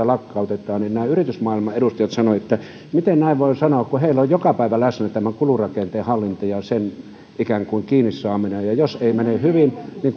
lakkautetaan nämä yritysmaailman edustajat kysyivät minulta miten näin voi sanoa kun heillä on joka päivä läsnä tämä kulurakenteen hallinta ja sen ikään kuin kiinni saaminen ja jos ei mene hyvin niin